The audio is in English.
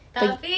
pe~